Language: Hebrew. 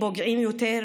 ביותר,